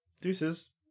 deuces